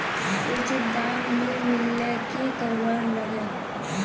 उचित दाम नि मिलले की करवार लगे?